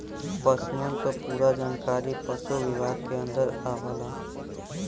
पसुअन क पूरा जानकारी पसु विभाग के अन्दर आवला